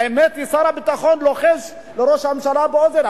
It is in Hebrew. האמת היא ששר הביטחון לוחש לראש הממשלה באוזן,